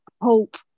hope